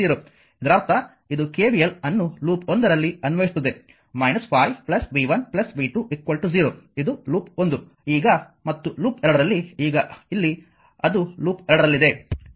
ಇದರರ್ಥ ಇದು KVL ಅನ್ನು ಲೂಪ್ 1 ರಲ್ಲಿ ಅನ್ವಯಿಸುತ್ತದೆ 5 v 1 v 2 0 ಇದು ಲೂಪ್ 1 ಈಗ ಮತ್ತು ಲೂಪ್ 2 ರಲ್ಲಿ ಈಗ ಇಲ್ಲಿ ಅದು ಲೂಪ್ 2 ರಲ್ಲಿದೆ